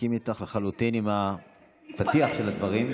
מסכים איתך לחלוטין, עם הפתיח של הדברים.